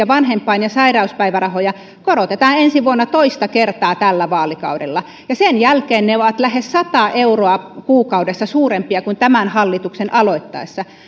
vanhempain ja sairauspäivärahoja korotetaan ensi vuonna toista kertaa tällä vaalikaudella ja sen jälkeen ne ovat lähes sata euroa kuukaudessa suurempia kuin tämän hallituksen aloittaessa